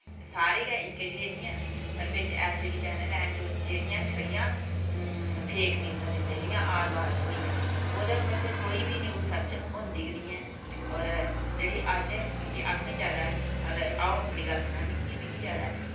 सारे गै इक्कै जेह् निं हैन पर बिच्च हल्ली बी चैन्नल हैन जेह्ड़ियां छड़ियां फेक न्यूजां दिंदे जि'यां आर भारत होई गेआ ओह्दे पर ते कोई बी न्यूज सच्च होंदी निं ऐ और जेह्ड़ी अज्ज मतलब कि असें जैदा और में अपनी गल्ल सनान्नी आं कि में जैदा